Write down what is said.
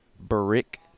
Brick